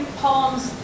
poems